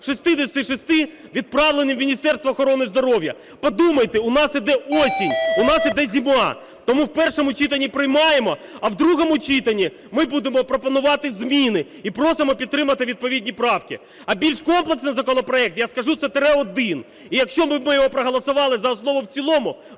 66 відправлені у Міністерство охорони здоров'я. Подумайте, у нас іде осінь, у нас іде зима. Тому в першому читанні приймаємо. А в другому читанні ми будемо пропонувати зміни і просимо підтримати відповідні правки. А більш комплексний законопроект, я скажу – це тире 1. І якщо б ми його проголосували за основу і в цілому,